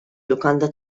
lukanda